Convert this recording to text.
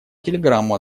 телеграмму